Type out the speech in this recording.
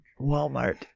Walmart